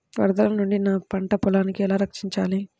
వరదల నుండి నా పంట పొలాలని ఎలా రక్షించాలి?